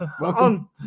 welcome